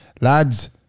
lads